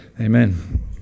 Amen